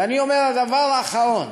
ואני אומר, הדבר האחרון